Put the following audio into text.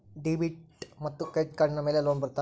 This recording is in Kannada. ಡೆಬಿಟ್ ಮತ್ತು ಕ್ರೆಡಿಟ್ ಕಾರ್ಡಿನ ಮೇಲೆ ಲೋನ್ ಬರುತ್ತಾ?